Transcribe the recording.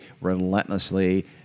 relentlessly